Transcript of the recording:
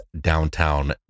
Downtown